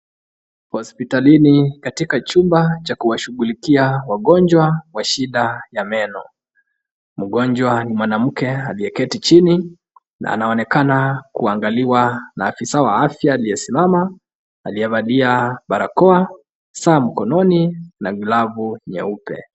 Hospitalini katika chumba cha kuwashughulikia wagonjwa wa shida ya meno. Mgonjwa ni mwanamke aliyeketi chini na anaonekana kuangaliwa na afisa aliyesimama aliyevalia barakoa, saa mkononi na glavu nyeupe.